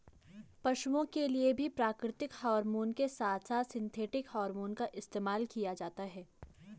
पशुओं के लिए भी प्राकृतिक हॉरमोन के साथ साथ सिंथेटिक हॉरमोन का इस्तेमाल किया जाता है